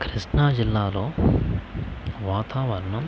కృష్ణాజిల్లాలో వాతావరణం